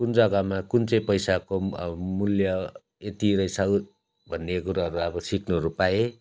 कुन जग्गामा कुन चाहिँ पैसाको पनि अब मूल्य यति रहेछ भन्ने कुरोहरू अब सिक्नुहरू पाएँ